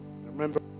remember